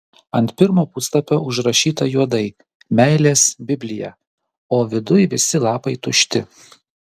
ant pirmo puslapio užrašyta juodai meilės biblija o viduj visi lapai tušti